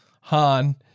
Han